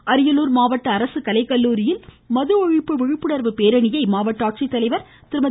இருவரி அரியலூர் மாவட்ட அரசு கலைக்கல்லூரியில் மது ஒழிப்பு விழிப்புணர்வு பேரணியை மாவட்ட ஆட்சித்தலைவர் திருமதி